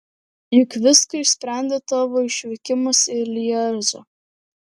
juk viską išsprendė tavo išvykimas į lježą